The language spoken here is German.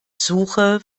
suche